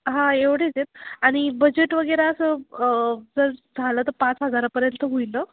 हा एवढेच आहेत आणि बजेट वगैरे असं जर झालं तर पाच हजारापर्यंत होईल ना